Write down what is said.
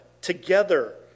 together